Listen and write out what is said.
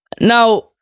Now